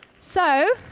so